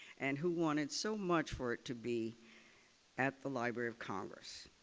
and who wanted so much for it to be at the library of congress.